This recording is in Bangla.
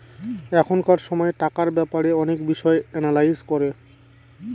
এখনকার সময় টাকার ব্যাপারে অনেক বিষয় এনালাইজ করে